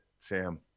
sam